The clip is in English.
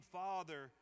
father